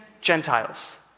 Gentiles